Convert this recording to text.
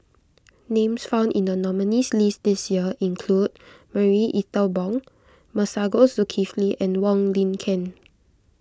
names found in the nominees' list this year include Marie Ethel Bong Masagos Zulkifli and Wong Lin Ken